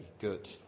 good